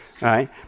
right